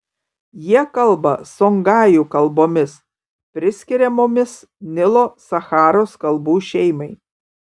jie kalba songajų kalbomis priskiriamomis nilo sacharos kalbų šeimai